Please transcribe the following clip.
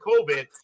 COVID